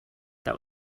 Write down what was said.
that